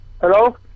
hello